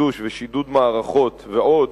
חידוש ושידוד מערכות ועוד.